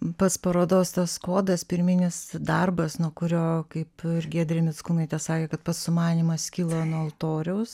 pats parodos tas kodas pirminis darbas nuo kurio kaip ir giedrė mickūnaitė sakė kad pats sumanymas kilo nuo altoriaus